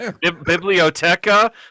biblioteca